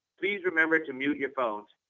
please remember to mute your phones.